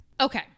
okay